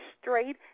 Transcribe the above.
straight